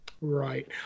Right